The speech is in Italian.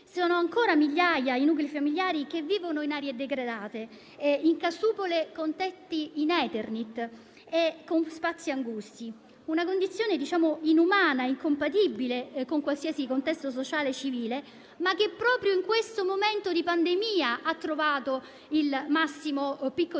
Sono ancora migliaia i nuclei familiari che vivono in aree degradate, in casupole con tetti in Eternit e in spazi angusti. È una condizione inumana, incompatibile con qualsiasi contesto sociale civile, ma che proprio in questo momento di pandemia ha trovato il massimo picco di